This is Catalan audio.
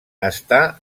està